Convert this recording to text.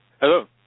Hello